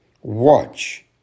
Watch